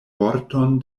vorton